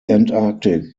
antarctic